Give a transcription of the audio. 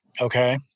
Okay